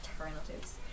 alternatives